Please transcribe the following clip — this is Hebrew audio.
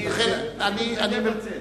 אני מתנדב לצאת.